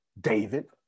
david